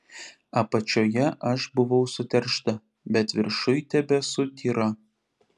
apačioje aš buvau suteršta bet viršuj tebesu tyra